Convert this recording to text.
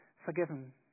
forgiven